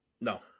No